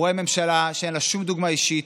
והוא רואה ממשלה שאין לה שום דוגמה אישית,